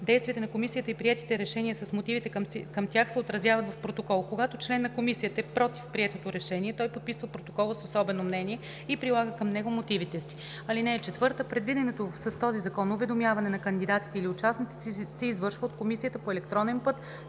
Действията на комисията и приетите решения с мотивите към тях се отразяват в протокол. Когато член на комисията е против прието решение, той подписва протокола с особено мнение и прилага към него мотивите си. (4) Предвиденото с този закон уведомяване на кандидатите или участниците се извършва от комисията по електронен път